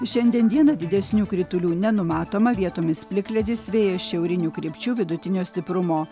šiandien dieną didesnių kritulių nenumatoma vietomis plikledis vėjas šiaurinių krypčių vidutinio stiprumo